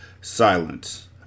Silence